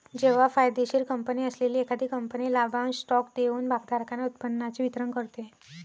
जेव्हा फायदेशीर कंपनी असलेली एखादी कंपनी लाभांश स्टॉक देऊन भागधारकांना उत्पन्नाचे वितरण करते